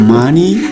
money